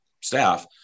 staff